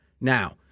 Now